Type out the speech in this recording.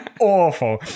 awful